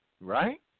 Right